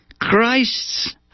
Christ's